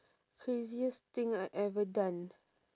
craziest thing I ever done